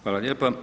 Hvala lijepo.